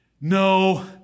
No